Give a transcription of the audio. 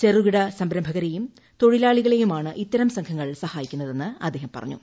ചെറുകിട സംരംഭകരെയും തൊഴിലാളികളെയുമാണ് ഇത്തരം സംഘങ്ങൾ സഹായിക്കുന്നതെന്ന് അദ്ദേഹം പറഞ്ഞു